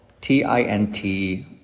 T-I-N-T